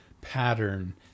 pattern